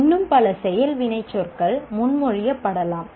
இன்னும் பல செயல் வினைச்சொற்கள் முன்மொழியப்படலாம்